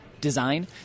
design